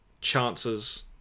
chances